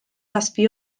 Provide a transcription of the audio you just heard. zazpi